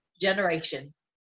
generations